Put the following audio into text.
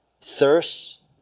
Thirst